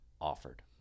offered